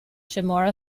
chamorro